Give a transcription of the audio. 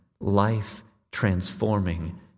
life-transforming